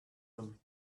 him